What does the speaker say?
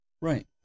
Right